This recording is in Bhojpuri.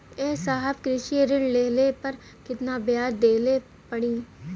ए साहब कृषि ऋण लेहले पर कितना ब्याज देवे पणी?